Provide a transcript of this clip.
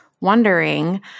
wondering